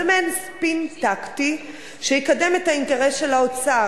זה מעין ספין טקטי שיקדם את האינטרס של האוצר,